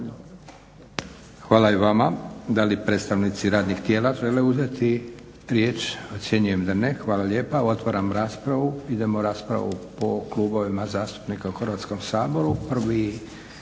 Hvala i vama. Da li predstavnici radnih tijela žele uzeti riječ? Ocjenjujem da ne. Hvala lijepa. Otvaram raspravu. Idemo raspravu po klubovima zastupnika u Hrvatskom saboru.